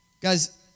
Guys